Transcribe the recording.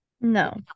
No